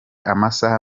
amasaha